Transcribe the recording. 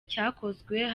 cyakozwe